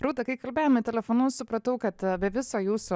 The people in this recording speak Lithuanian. rūta kai kalbėjome telefonu supratau kad be viso jūsų